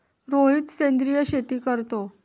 रोहित सेंद्रिय शेती करतो